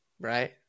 Right